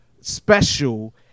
special